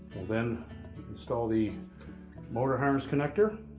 then install the motor harness connector,